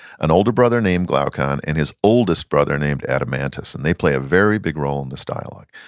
an older brother named glaucon and his oldest brother named adeimantus, and they play a very big role in this dialogue.